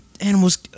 Animals